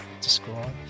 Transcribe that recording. describe